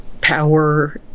power